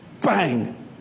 bang